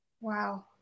wow